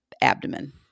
abdomen